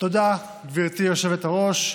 היושבת-ראש.